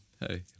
hey